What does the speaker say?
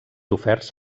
oferts